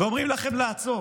ואומרים לכם לעצור.